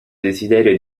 desiderio